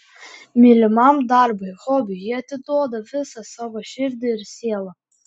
mylimam darbui hobiui jie atiduoda visą savo širdį ir sielą